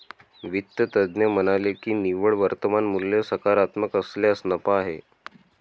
वित्त तज्ज्ञ म्हणाले की निव्वळ वर्तमान मूल्य सकारात्मक असल्यास नफा आहे